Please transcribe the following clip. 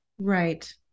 Right